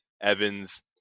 Evans